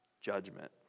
Judgment